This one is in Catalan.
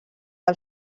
del